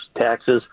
taxes